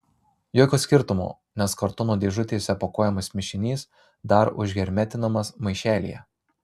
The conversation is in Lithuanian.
jokio skirtumo nes kartono dėžutėse pakuojamas mišinys dar užhermetinamas maišelyje